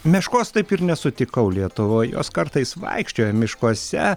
meškos taip ir nesutikau lietuvoj jos kartais vaikščioja miškuose